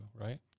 right